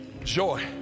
Joy